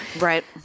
Right